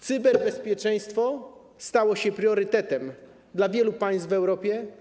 Cyberbezpieczeństwo stało się priorytetem dla wielu państw w Europie.